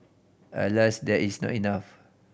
alas that is not enough